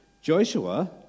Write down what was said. Joshua